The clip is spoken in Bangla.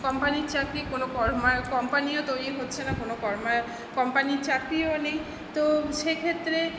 কম্পানির চাকরি কোনো কর্মায়ক কম্পানিও তৈরি হচ্ছে না কোনো কর্মায়ক কম্পানির চাকরিও নেই তো সেক্ষেত্রে